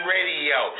Radio